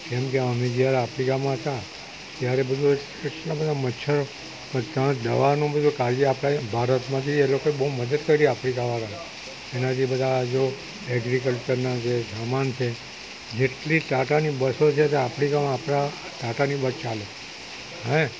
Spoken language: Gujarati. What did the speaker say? કેમકે અમે જ્યારે આફ્રિકામાં હતા ત્યારે બધું એટલા બધાં મચ્છરો પણ ત્યાં દવાનું બધુ કાળજી આપતા ભારતમાંથી એ લોકોએ બહુ મદદ કરી આફ્રિકાવાળાને એનાથી બધા જો એગ્રીકલ્ચરના જે સામાન છે જેટલી ટાટાની બસો છે તે આફ્રિકામાં આપણા ટાટાની બસ ચાલે છે